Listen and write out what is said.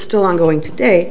still ongoing today